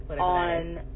on